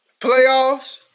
Playoffs